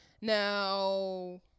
Now